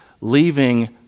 leaving